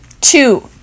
Two